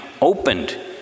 opened